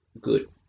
good